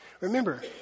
Remember